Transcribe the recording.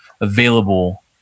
available